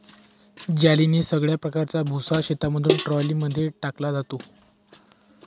जेलीने सगळ्या प्रकारचा भुसा शेतामधून ट्रॉली मध्ये टाकला जातो